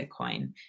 bitcoin